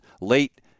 late